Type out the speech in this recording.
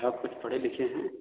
आप कुछ पढ़े लिखे हैं